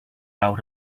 out